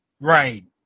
Right